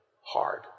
hard